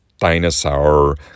dinosaur